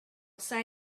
say